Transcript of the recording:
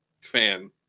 fan